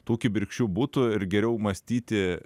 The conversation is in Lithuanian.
tų kibirkščių būtų ir geriau mąstyti